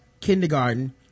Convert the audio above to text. Kindergarten